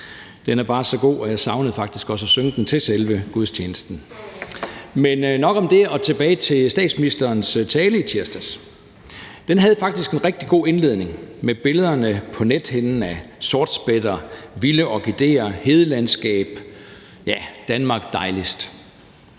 den er bare så god, og jeg savnede faktisk også at synge den til selve gudstjenesten. Men nok om det. Tilbage til statsministerens tale i tirsdags: Den havde faktisk en rigtig god indledning med billederne på nethinden af sortspætter, vilde orkidéer, hedelandskab – ja, Danmark dejligst.